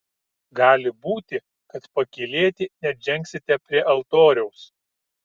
gali būti kad pakylėti net žengsite prie altoriaus